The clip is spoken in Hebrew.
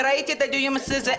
וראיתי את הדיון מסביב זה.